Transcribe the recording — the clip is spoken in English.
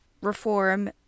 reform